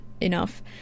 enough